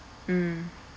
mm